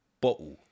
bottle